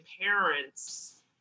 parents